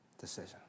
decision